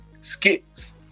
skits